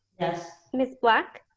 yes. miss black.